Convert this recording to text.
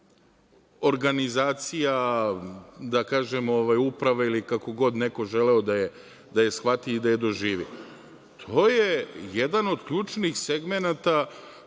organizacija, da kažem uprave ili kako god neko želeo da je shvati i da je doživi, to je jedan od ključnih segmenata